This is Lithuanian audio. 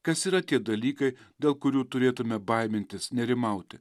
kas yra tie dalykai dėl kurių turėtume baimintis nerimauti